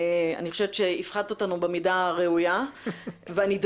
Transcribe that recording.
אני חושבת שהפחדת אותנו במידה הראויה והנדרשת.